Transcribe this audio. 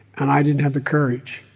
and i didn't have the courage.